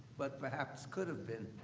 but perhaps could have been.